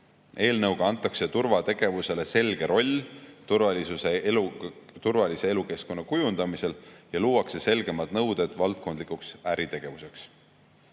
Eelnõuga antakse turvategevusele selge roll turvalise elukeskkonna kujundamisel ja luuakse selgemad nõuded valdkondlikuks äritegevuseks.